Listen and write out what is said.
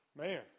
Man